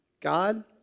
God